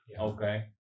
okay